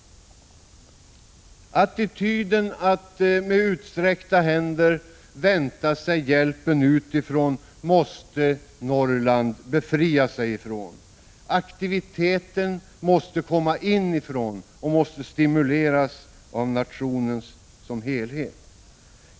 Attityden att med utsträckta händer vänta sig hjälpen utifrån måste Norrland befria sig ifrån. Aktiviteten måste komma inifrån, och den måste stimuleras av nationen som helhet.